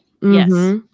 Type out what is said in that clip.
Yes